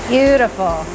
Beautiful